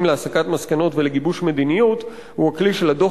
להסקת מסקנות ולגיבוש מדיניות הוא הכלי של הדוח